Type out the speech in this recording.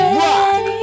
rock